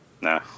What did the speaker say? No